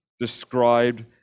described